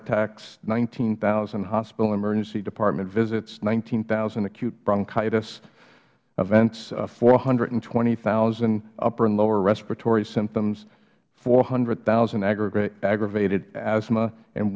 attacks nineteen thousand hospital emergency department visits nineteen thousand acute bronchitis events four hundred and twenty thousand upper and lower respiratory symptoms four hundred thousand aggravated asthma and